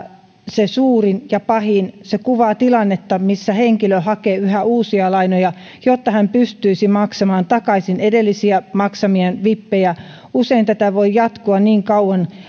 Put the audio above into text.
se suurin ja pahin se kuvaa tilannetta missä henkilö hakee yhä uusia lainoja jotta hän pystyisi maksamaan takaisin edellisiä ottamiaan vippejä usein tätä voi jatkua niin kauan